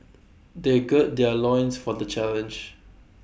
they gird their loins for the challenge